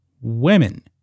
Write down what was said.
women